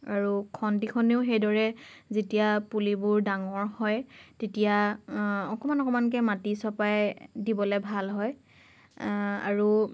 আৰু খন্তিখনেও সেইদৰে যেতিয়া পুলিবোৰ ডাঙৰ হয় তেতিয়া অকণমান অকণমানকৈ মাটি চপাই দিবলৈ ভাল হয় আৰু